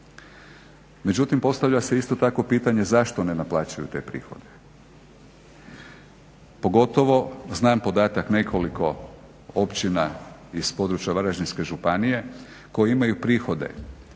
Međutim postavlja se isto tako pitanje zašto ne naplaćuju te prihode? Pogotovo, znam podatak nekoliko općina iz područja Varaždinske županije koje imaju prihode